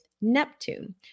Neptune